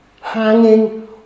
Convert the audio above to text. hanging